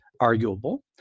arguable